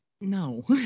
No